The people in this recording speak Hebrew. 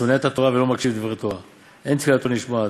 השונא את התורה ולא מקשיב לדברי תורה אין תפילתו נשמעת,